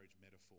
metaphor